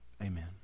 Amen